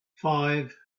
five